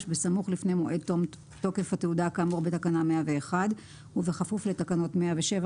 בסמוך לפני מועד תום תוקף התעודה כאמור בתקנה 101 ובכפוף לתקנות 107,